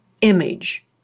image